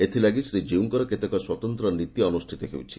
ଏଥିଲାଗି ଶ୍ରୀଜୀଉଙ୍କର କେତେକ ସ୍ୱତନ୍ତ ନୀତି ଅନୁଷିତ ହେଉଛି